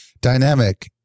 Dynamic